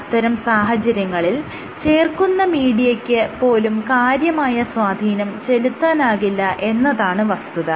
അത്തരം സാഹചര്യങ്ങളിൽ ചേർക്കുന്ന മീഡിയ്ക്ക് പോലും കാര്യമായ സ്വാധീനം ചെലുത്താനാകില്ല എന്നതാണ് വസ്തുത